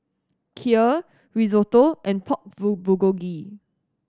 Kheer Risotto and Pork Bul Bulgogi